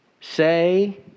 say